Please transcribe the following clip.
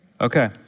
Okay